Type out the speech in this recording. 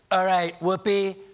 all right, whoopi,